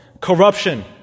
corruption